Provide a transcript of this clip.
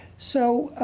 so,